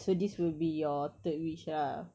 so this will be your third wish lah